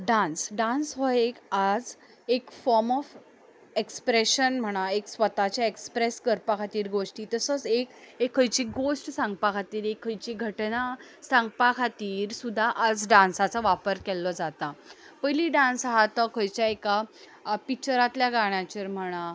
dance dance हो एक आज एक फोर्म ऑफ एक्स्प्रेशन म्हणा एक स्वताचें एक्रस्प्रेस करपाचो गोश्टी तसोच एक एक खंयची गोश्ट सांगपा खातीर एक खंयची घटना सांगपा खातीर सुद्दां आज डांसाचो वापर केल्लो जाता पयलीं डांस आसा तो खंयच्याय एका पिक्चरांतल्या गाण्याचेर म्हणा